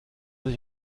sich